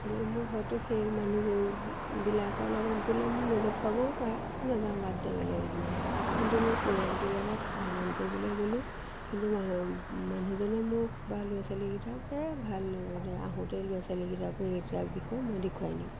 গতিকে মোক হয়তো সেই মানুহবিলাকৰ লগত গ'লে মোক নেদেখুৱাবও পাৰে নাযাওঁ বাদ দে বেলেগ এদিনা আহিম কিন্তু মই পৰিয়ালটোৰ লগত ভ্ৰমণ কৰিবলে গ'লোঁ কিন্তু মানুহ মানুহজনে মোক বা ল'ৰা ছোৱালীকিটাকো ভাল আহোঁতেই ল'ৰা ছোৱালীকিটাকো এতিয়া এই বিষয়ে মই দেখুৱাই আনিম